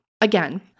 Again